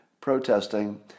protesting